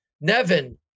Nevin